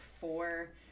four